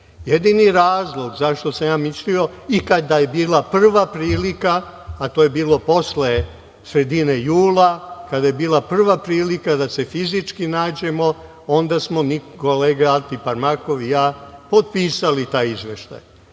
Jedini razlog zašto sam ja mislio i kada je bila prva prilika, a to je bilo posle sredine jula, kada je bila prva prilika da se fizički nađemo, onda smo kolega Altiparmakov i ja potpisali taj izveštaj.